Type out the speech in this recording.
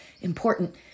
important